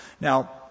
Now